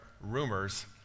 rumors